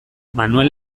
manuel